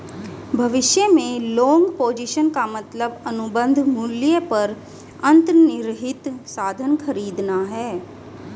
भविष्य में long position का मतलब अनुबंध मूल्य पर अंतर्निहित साधन खरीदना है